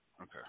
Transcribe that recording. okay